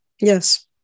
Yes